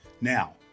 Now